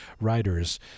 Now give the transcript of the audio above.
writers